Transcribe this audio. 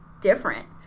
different